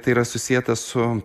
tai yra susieta su